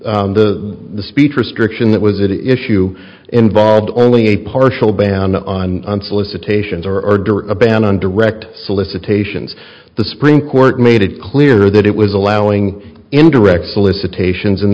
case the speech restriction that was it issue involved only a partial ban on solicitations for during a ban on direct solicitations the supreme court made it clear that it was allowing indirect solicitations and